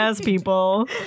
people